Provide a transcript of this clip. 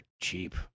cheap